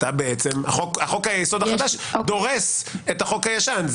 חוק היסוד החדש דורס את החוק הישן.